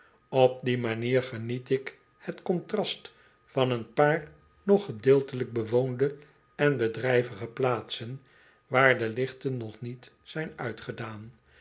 op die manier geniet ik het contrast van een paar nog gedeeltelijk bewoonde en bedrijvige plaatsen waar de lichten nog niet zijn uitgedaan